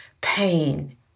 pain